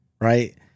right